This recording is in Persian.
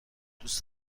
دوست